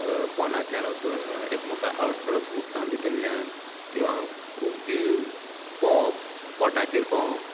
पोंदांतल्यान वचून एकामेकांक आवट करप उदकां भितरल्यान किंवां उमथी पोंवप पोटाचेर पोंवप